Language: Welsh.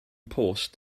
post